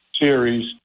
series